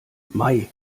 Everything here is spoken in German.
mei